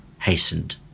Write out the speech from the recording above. hastened